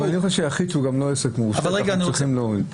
אני חושב שביחיד אנחנו צריכים להוריד.